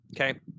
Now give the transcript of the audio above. Okay